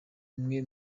umwe